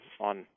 on